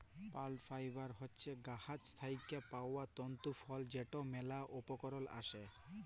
plant fibre হছে গাহাচ থ্যাইকে পাউয়া তল্তু ফল যেটর ম্যালা উপকরল আসে